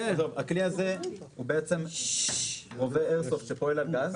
הכלי הזה הוא רובה איירסופט שפועל על גז,